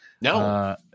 No